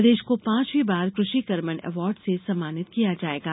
प्रदेश को पांचवी बार कृषि कर्मण अवार्ड से सम्मानित किया जायेगा